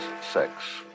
sex